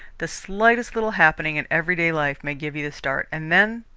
the slightest little happening in everyday life may give you the start, and then,